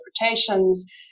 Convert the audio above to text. interpretations